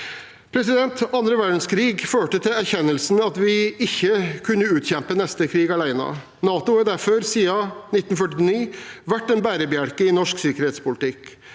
verdenskrig førte til erkjennelsen av at vi ikke kunne utkjempe neste krig alene. NATO har derfor siden 1949 vært en bærebjelke i norsk sikkerhetspolitikk.